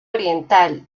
oriental